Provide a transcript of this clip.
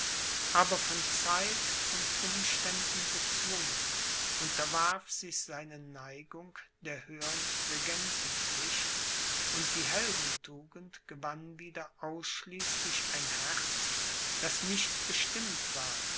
aber von zeit und umständen bezwungen unterwarf sich seine neigung der höhern regentenpflicht und die heldentugend gewann wieder ausschließend ein herz das nicht bestimmt war